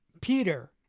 Peter